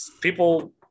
people